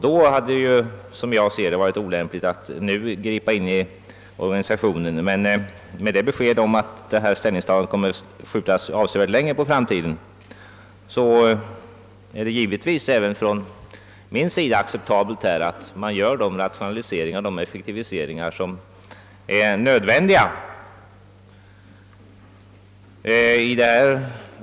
I så fall hade det, enligt mitt sätt att se, varit olämpligt att nu gripa in i organisationen. Men med hänsyn till statsrådets besked att ett dylikt ställningstagande kommer att skjutas avsevärt på framtiden är det givetvis, även ur min synpunkt, acceptabelt att de nödvändiga rationaliseringarna och effektiviseringarna görs.